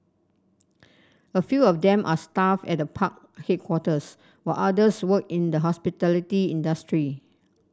a few of them are staff at the park headquarters while others work in the hospitality industry